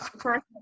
First